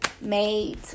made